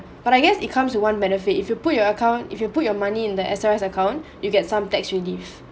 but I guess it comes with one benefit if you put your account if you put your money in the S_R_S account you get some tax relief